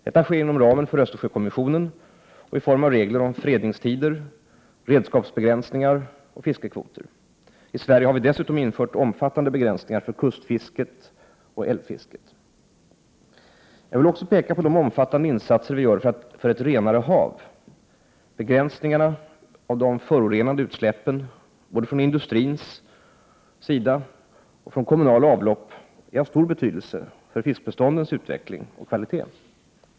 Detta sker inom ramen för Östersjökommissionen och i form av regler om fredningstider, redskapsbegränsningar och fiskekvoter. I Sverige har vi dessutom infört omfattande begränsningar för kustoch älvfisket. Jag vill också peka på de omfattande insatser vi gör för ett renare hav. Begränsningarna av de förorenade utsläppen både från industrin och från kommunala avlopp är av stor betydelse bl.a. för fiskbeståndens utveckling och kvalitet.